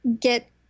get